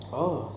oh